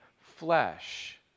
flesh